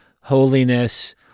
holiness